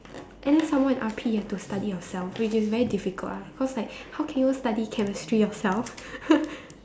and then some more in R_P you have to study yourself which is very difficult ah cause like how can you study chemistry yourself